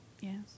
Yes